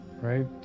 right